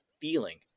feeling